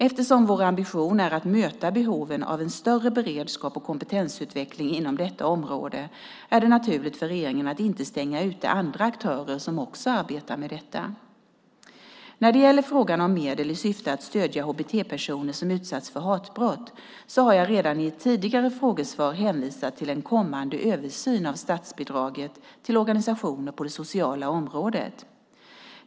Eftersom vår ambition är att möta behoven av en större beredskap och kompetensutveckling inom detta område är det naturligt för regeringen att inte stänga ute andra aktörer som också arbetar med detta. När det gäller frågan om medel i syfte att stödja HBT-personer som utsatts för hatbrott har jag redan i ett tidigare frågesvar hänvisat till en kommande översyn av statsbidraget till organisationer på det sociala området.